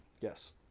Yes